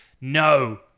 No